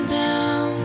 down